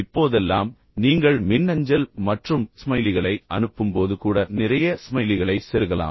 இப்போதெல்லாம் நீங்கள் மின்னஞ்சல் மற்றும் ஸ்மைலிகளை அனுப்பும்போது கூட நிறைய ஸ்மைலிகளை செருகலாம்